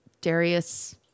darius